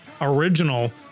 original